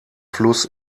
fluss